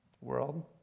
world